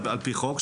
על פי חוק,